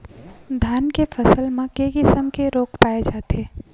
धान के फसल म के किसम के रोग पाय जाथे?